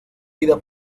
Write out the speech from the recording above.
vida